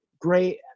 great